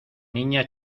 niña